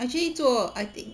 actually 做 I think